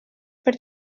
per